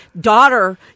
daughter